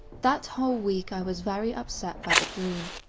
that whole week i was very upset by the dream.